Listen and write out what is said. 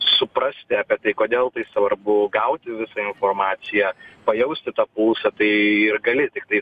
suprasti apie tai kodėl taip svarbu gauti visą informaciją pajausti tą pulsą tai ir gali tiktai